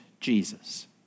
Jesus